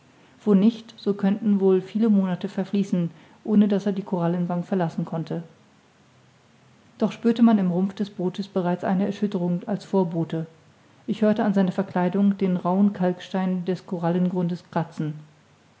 wo nicht so könnten wohl viele monate verfließen ohne daß er die korallenbank verlassen konnte doch spürte man im rumpf des bootes bereits eine erschütterung als vorbote ich hörte an seiner verkleidung den rauhen kalkstein des korallengrundes kratzen